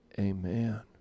Amen